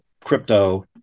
Crypto